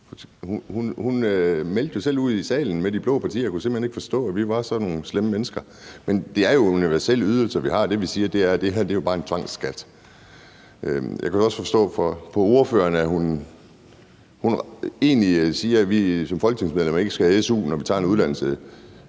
selv meldte ud i salen, at hun ikke kunne forstå, at vi i de blå partier var sådan nogle slemme mennesker. Men det er jo nogle universelle ydelser, vi har. Det, vi siger, er, at det her bare er en tvangsskat. Jeg kan forstå på ordføreren, at hun egentlig siger, at vi som folketingsmedlemmer ikke skal have su, når vi tager en uddannelse.